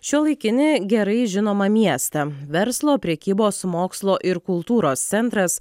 šiuolaikinį gerai žinomą miestą verslo prekybos mokslo ir kultūros centras